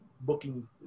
booking